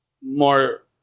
more